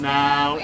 now